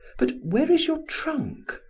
but where is your trunk?